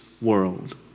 world